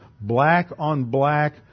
black-on-black